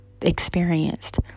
experienced